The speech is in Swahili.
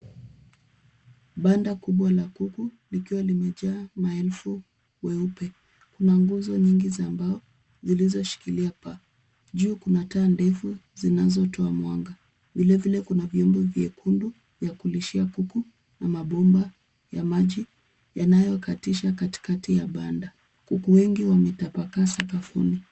Banda kubwa la kuku likiwa limejaa maelfu weupe. Kuna nguzo nyingi za mbao zilizoshikilia paa. Juu kuna taa ndefu zinazotoa mwanga. Vilevile kuna vyombo vyekundu vya kulishia kuku na mabomba ya maji yanayokatisha katikati ya banda. Kuku wengi wametapakaa sakafuni.